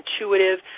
intuitive